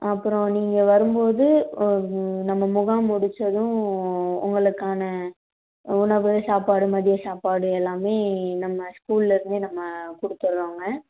அப்பறம் நீங்கள் வரும்போது நம்ம முகாம் முடித்ததும் உங்களுக்கான உணவு சாப்பாடு மதிய சாப்பாடு எல்லாமே நம்ம ஸ்கூல்லேருந்தே நம்ம கொடுத்துறோங்க